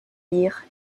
lire